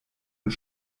und